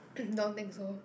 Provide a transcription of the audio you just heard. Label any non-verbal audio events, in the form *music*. *noise* don't think so